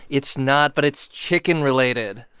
it's not. but it's chicken-related.